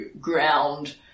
ground